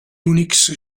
unix